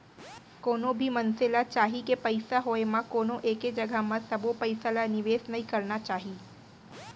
कोनो भी मनसे ल चाही के पइसा होय म कोनो एके जघा म सबो पइसा ल निवेस नइ करना चाही